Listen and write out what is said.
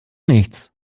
nichts